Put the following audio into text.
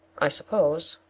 i suppose,